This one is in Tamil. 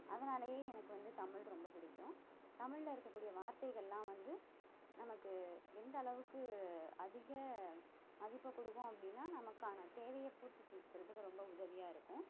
அதனாலேயே எனக்கு வந்து தமிழ் ரொம்ப பிடிக்கும் தமிழில் இருக்கக்கூடிய வார்த்தைகள்லாம் வந்து நமக்கு எந்த அளவுக்கு அதிக மதிப்பைக் கொடுக்கும் அப்படீன்னா நமக்கான தேவையை பூர்த்தி செஞ்சுக்கிறதுக்கு ரொம்ப உதவியாக இருக்கும்